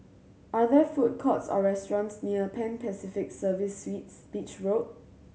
are there food courts or restaurants near Pan Pacific Service Suites Beach Road